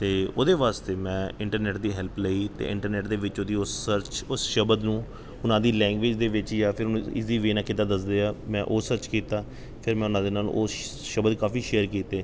ਅਤੇ ਉਹਦੇ ਵਾਸਤੇ ਮੈਂ ਇੰਟਰਨੈੱਟ ਦੀ ਹੈਲਪ ਲਈ ਅਤੇ ਇੰਟਰਨੈੱਟ ਦੇ ਵਿੱਚ ਉਹਦੀ ਉਹ ਸਰਚ ਉਸ ਸ਼ਬਦ ਨੂੰ ਉਹਨਾਂ ਦੀ ਲੈਂਗੁਏਜ ਦੇ ਵਿੱਚ ਜਾਂ ਫਿਰ ਉਹਨੂੰ ਈਜ਼ੀ ਵੇ ਨਾਲ ਕਿੱਦਾਂ ਦੱਸਦੇ ਆ ਮੈਂ ਉਹ ਸਰਚ ਕੀਤਾ ਫਿਰ ਮੈਂ ਉਹਨਾਂ ਦੇ ਨਾਲ ਉਹ ਸ਼ਬਦ ਕਾਫੀ ਸੇਅਰ ਕੀਤੇ